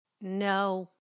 no